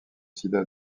sida